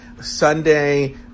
Sunday